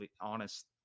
Honest